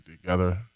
together